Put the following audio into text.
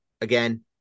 Again